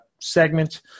segment